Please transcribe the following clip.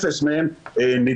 אפס מהם נדבקו.